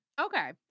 Okay